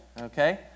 Okay